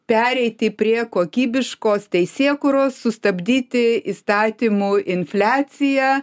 pereiti prie kokybiškos teisėkūros sustabdyti įstatymų infliaciją